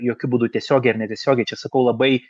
jokiu būdu tiesiogiai ar netiesiogiai čia sakau labai